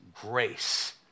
grace